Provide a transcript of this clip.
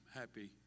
happy